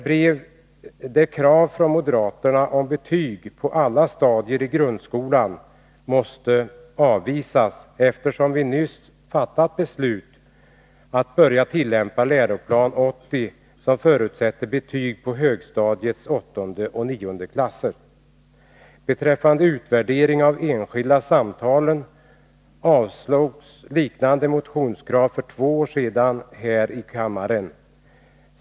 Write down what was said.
Kravet från moderaterna om betyg på alla stadier i grundskolan måste avvisas, eftersom vi nyligen har fattat beslut om att tillämpa 1980 års läroplan, som föreskriver att betvg skall ges i årskurserna 8 och 9 på högstadiet. Beträffande kravet på utvärdering av systemet med de enskilda samtalen vill jag säga att liknande motionskrav avslogs för två år sedan här i kammaren.